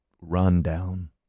run-down